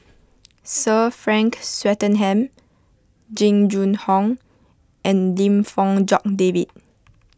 Sir Frank Swettenham Jing Jun Hong and Lim Fong Jock David